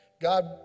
God